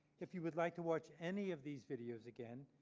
if you would like to watch any of these videos again,